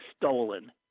stolen